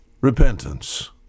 repentance